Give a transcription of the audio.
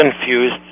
confused